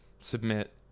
submit